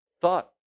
thought